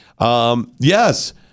Yes